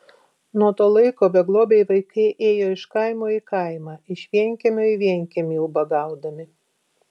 nuo to laiko beglobiai vaikai ėjo iš kaimo į kaimą iš vienkiemio į vienkiemį ubagaudami